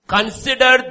Consider